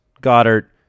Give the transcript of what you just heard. Goddard